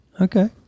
Okay